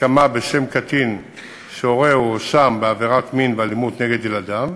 (הסכמה בשם קטין שהורהו הואשם בעבירות מין ואלימות נגד ילדיו),